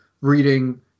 reading